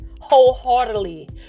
wholeheartedly